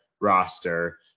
roster